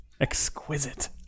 Exquisite